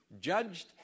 judged